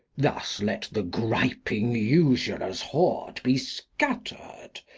thus let the griping userers hoard be scatter'd.